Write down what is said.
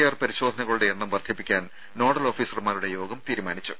R പരിശോധനകളുടെ എണ്ണം വർധിപ്പിക്കാൻ നോഡൽ ഓഫീസർമാരുടെ യോഗം തീരുമാനിച്ചു